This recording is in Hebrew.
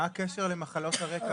מה הקשר למחלות רקע?